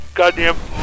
goddamn